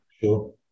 Sure